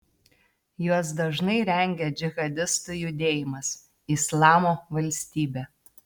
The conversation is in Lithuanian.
juos dažnai rengia džihadistų judėjimas islamo valstybė